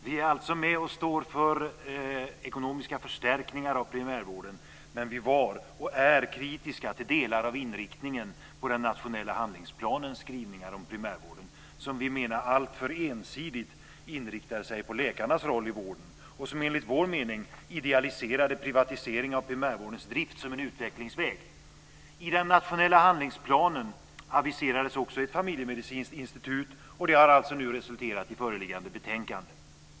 Vi är alltså med och står för ekonomiska förstärkningar av primärvården. Men vi var och är kritiska till delar av inriktningen på den nationella handlingsplanens skrivningar om primärvården. Vi menar att de är alltför ensidigt inriktade på läkarens roll i vården och enligt vår mening idealiserar privatisering av primärvårdens drift om en utvecklingsväg. I den nationella handlingsplanen aviserades också ett familjemedicinskt institut. Det har nu resulterat i föreliggande betänkande.